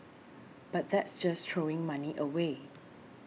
but that's just throwing money away